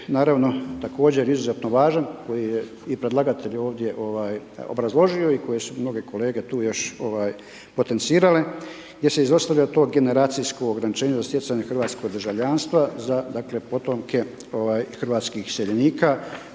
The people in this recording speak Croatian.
hrvatskog državljanstva za potomke hrvatskih iseljenika